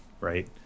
right